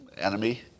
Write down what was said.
enemy